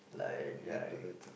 like ya